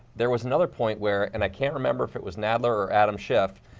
there was another point where, and i can't remember if it was nadler or adam schiff,